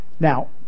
Now